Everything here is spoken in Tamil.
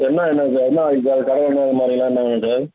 என்ன எண்ணய் சார் என்ன ஆயில் சார் கடலெண்ணய் இது மாதிரிலாம் என்ன வேணும் சார்